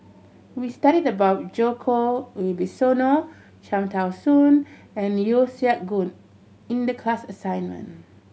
we studied about Djoko Wibisono Cham Tao Soon and Yeo Siak Goon in the class assignment